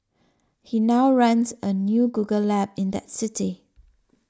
he now runs a new Google lab in that city